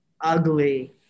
ugly